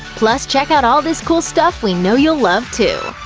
plus check out all this cool stuff we know you'll love, too!